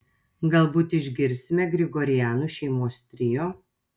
galbūt išgirsime grigorianų šeimos trio